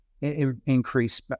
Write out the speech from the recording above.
increase